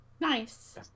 Nice